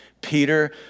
Peter